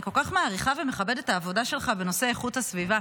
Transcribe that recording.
אני כל כך מעריכה ומכבדת את העבודה שלך בנושא איכות הסביבה.